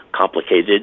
complicated